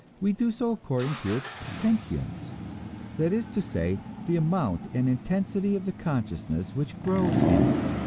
we do so according to its sentience that is to say, the amount and intensity of the consciousness which grows in it.